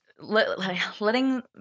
letting